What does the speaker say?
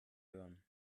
hören